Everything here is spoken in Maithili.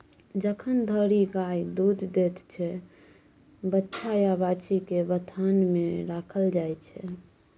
जखन धरि गाय दुध दैत छै बछ्छा या बाछी केँ बथान मे राखल जाइ छै